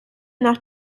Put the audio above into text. nach